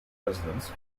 residents